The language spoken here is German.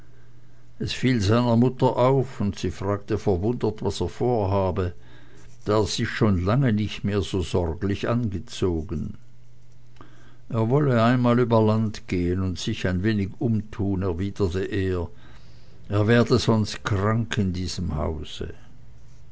es fiel seiner mutter auf und sie fragte verwundert was er vorhabe da er sich schon lange nicht mehr so sorglich angezogen er wolle einmal über land gehen und sich ein wenig umtun erwiderte er er werde sonst krank in diesem hause